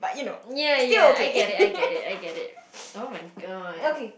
ya ya I get it I get it I get it oh-my-god